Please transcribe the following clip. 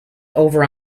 over